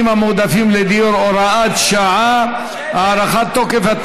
המועדפים לדיור (הוראת שעה) (הארכת תוקף),